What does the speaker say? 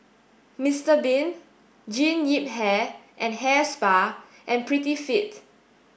Msiter Bean Jean Yip Hair and Hair Spa and Prettyfit